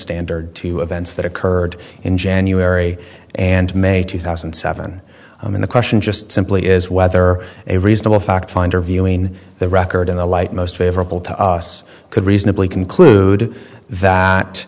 standard to events that occurred in january and may two thousand and seven i mean the question just simply is whether a reasonable fact finder view in the record in the light most favorable to us could reasonably conclude that